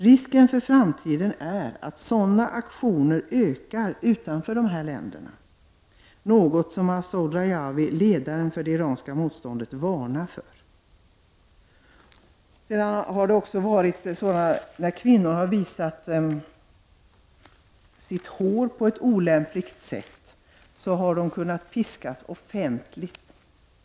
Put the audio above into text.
Risken finns att antalet sådana aktioner i framtiden ökar utanför de här länderna, något som Massoud Rajavi, ledaren för det iranska motståndet, varnar för. Det har också förekommit att kvinnor som visat sitt hår på ett olämpligt sätt har piskats offentligt.